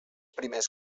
primers